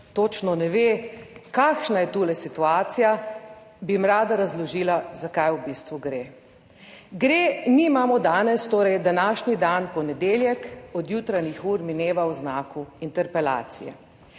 točno ne ve, kakšna je tule situacija, bi jim rada razložila za kaj v bistvu gre. Mi imamo danes, torej današnji dan, ponedeljek, od jutranjih ur mineva v znaku interpelacije.